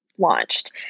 launched